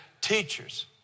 teachers